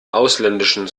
ausländischen